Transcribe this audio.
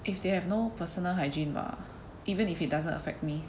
if they have no personal hygiene bah even if it doesn't affect me